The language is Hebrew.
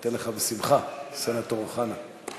ניתן לך בשמחה, סנטור אוחנה.